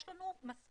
יש לנו מספיק